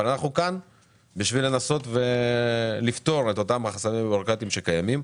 אנחנו כאן בשביל לנסות לפתור את אותם החסמים הבירוקרטיים שקיימים.